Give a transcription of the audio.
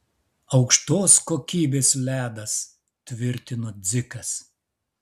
aukštos kokybės ledas tvirtino dzikas